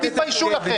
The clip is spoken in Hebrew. תתביישו לכם.